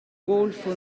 golfo